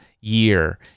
year